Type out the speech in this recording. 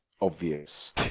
obvious